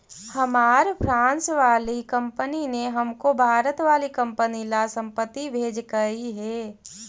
हमार फ्रांस वाली कंपनी ने हमको भारत वाली कंपनी ला संपत्ति भेजकई हे